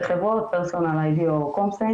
חברות: "פרסונל איי.די." או "קומסיין",